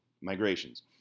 migrations